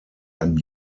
ein